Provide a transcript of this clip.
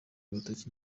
agatoki